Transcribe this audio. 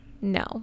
No